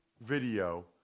video